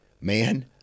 man